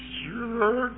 sure